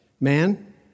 Man